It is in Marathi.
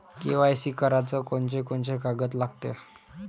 के.वाय.सी कराच कोनचे कोनचे कागद लागते?